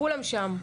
כולם שם,